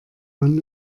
man